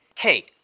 Hey